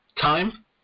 time